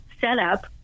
setup